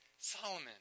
Solomon